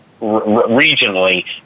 regionally